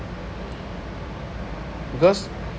because